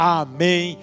amém